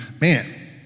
man